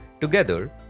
together